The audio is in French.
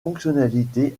fonctionnalités